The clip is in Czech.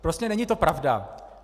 Prostě není to pravda.